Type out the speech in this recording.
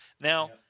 Now